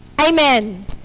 Amen